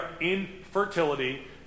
infertility